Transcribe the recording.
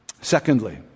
Secondly